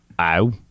Ow